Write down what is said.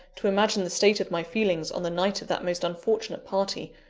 to imagine the state of my feelings on the night of that most unfortunate party,